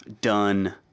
done